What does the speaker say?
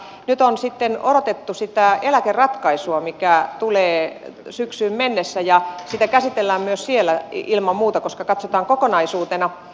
mutta nyt on sitten odotettu sitä eläkeratkaisua mikä tulee syksyyn mennessä ja sitä käsitellään myös siellä ilman muuta koska katsotaan kokonaisuutena